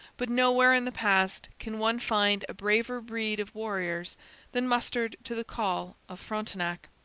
but nowhere in the past can one find a braver breed of warriors than mustered to the call of frontenac.